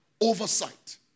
oversight